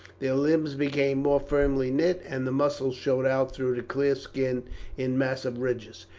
their limbs became more firmly knit, and the muscles showed out through the clear skin in massive ridges.